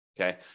Okay